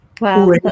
wow